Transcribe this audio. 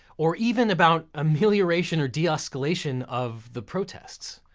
or even about amelioration or de-escalation of the protests.